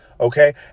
Okay